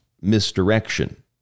misdirection